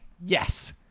yes